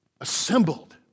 assembled